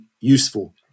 useful